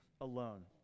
alone